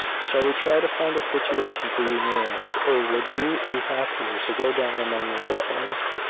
shall we try to find a situation for you near us, or would you be happier to go down among your old friends?